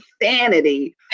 insanity